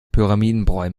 pyramidenbräu